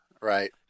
right